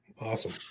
Awesome